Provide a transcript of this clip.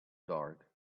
dark